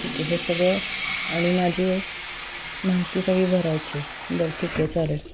ठीक आहे हे सगळं आणि माझी माहिती सगळी भरायची आहे बरं ठीक आहे चालेल